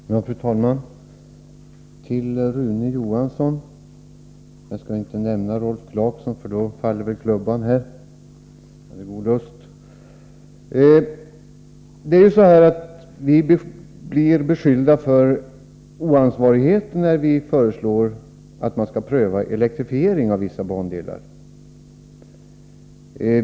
Fru talman! Jag vänder mig till Rune Johansson. Jag skall inte bemöta Rolf Clarkson, även om jag har god lust, för då faller väl klubban. Vi blir beskyllda för oansvarighet när vi föreslår att man skall pröva elektrifiering av vissa bandelar.